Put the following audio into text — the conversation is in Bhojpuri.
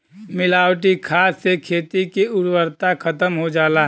मिलावटी खाद से खेती के उर्वरता खतम हो जाला